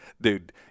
dude